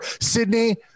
Sydney